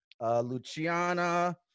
Luciana